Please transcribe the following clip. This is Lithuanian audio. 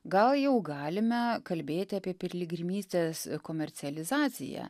gal jau galime kalbėti apie piligrimystės komercializaciją